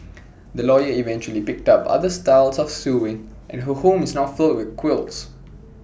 the lawyer eventually picked up other styles of sewing and her home is now filled with quilts